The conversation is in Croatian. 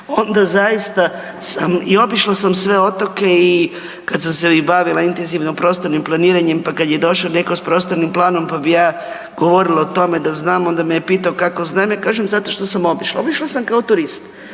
onda zaista sam i obišla sam sve otoke i kad sam se i bavila intenzivno prostornim planiranjem pa kad je došao netko s prostornim planom pa bi ja govorila o tome da znam, onda me je pitao kako znam, ja kažem zato što sam obišla, obišla sam kao turist,